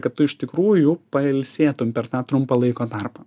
kad tu iš tikrųjų pailsėtum per tą trumpą laiko tarpą